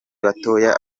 batoya